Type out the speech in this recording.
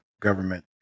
government